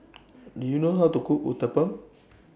Do YOU know How to Cook Uthapam